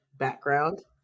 background